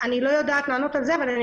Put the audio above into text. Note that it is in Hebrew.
יורד.